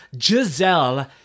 Giselle